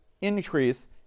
increase